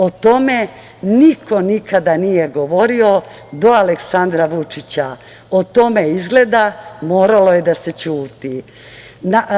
O tome niko nikada nije govorio, do Aleksandra Vučića, o tome je izgleda, moralo da se ćuti.